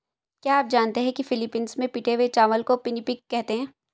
क्या आप जानते हैं कि फिलीपींस में पिटे हुए चावल को पिनिपिग कहते हैं